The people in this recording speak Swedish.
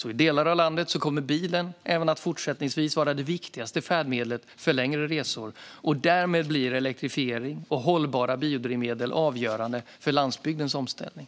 I delar av landet kommer bilen även fortsättningsvis att vara det viktigaste färdmedlet för längre resor, och därmed blir elektrifiering och hållbara biodrivmedel avgörande för landsbygdens omställning.